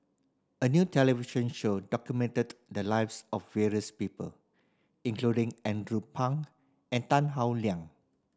a new television show documented the lives of various people including Andrew Phang and Tan Howe Liang